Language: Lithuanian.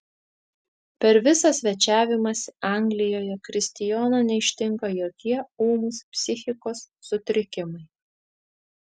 per visą svečiavimąsi anglijoje kristijono neištinka jokie ūmūs psichikos sutrikimai